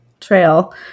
trail